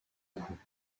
coups